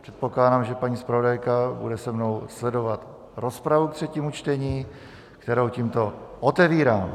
Předpokládám, že paní zpravodajka bude se mnou sledovat rozpravu k třetímu čtení, kterou tímto otevírám.